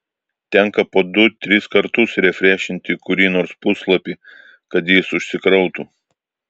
tenka po du tris kartus refrešinti kurį nors puslapį kad jis užsikrautų